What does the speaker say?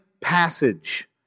passage